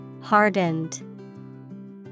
Hardened